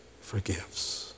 forgives